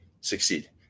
succeed